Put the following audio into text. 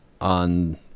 on